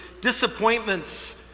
disappointments